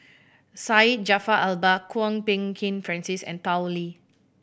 Syed Jaafar Albar Kwok Peng Kin Francis and Tao Li